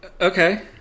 Okay